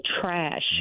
trash